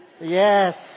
yes